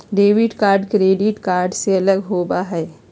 debit card credit card से अलग होबा हई